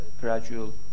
gradual